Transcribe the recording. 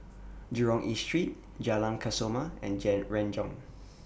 Jurong East Street Jalan Kesoma and Renjong